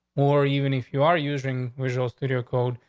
or even if you are using visual studio code.